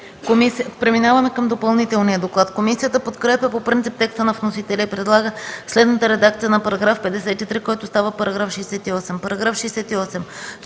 Преминаваме към допълнителния доклад. Комисията подкрепя по принцип текста на вносителя и предлага следната редакция на § 28, който става § 35: „§ 35.